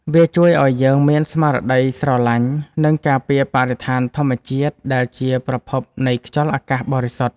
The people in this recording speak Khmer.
វាជួយឱ្យយើងមានស្មារតីស្រឡាញ់ និងការពារបរិស្ថានធម្មជាតិដែលជាប្រភពនៃខ្យល់អាកាសបរិសុទ្ធ។